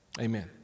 Amen